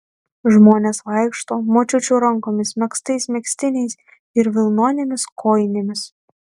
žmonės vaikšto močiučių rankomis megztais megztiniais ir vilnonėmis kojinėmis